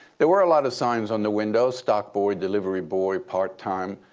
there were a lot of signs on the windows stock boy, delivery boy, part time.